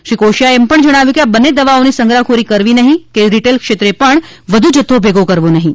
શ્રી કોશિયા એ કહ્યું હતું કે આ બંને દવાઓની સંગ્રહખોરી કરવી નહીં કે રિટેલ ક્ષેત્રે પણ વધુ જથ્થો ભેગો કરવો નહીં